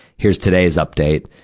here's today's update.